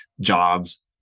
jobs